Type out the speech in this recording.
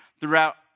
throughout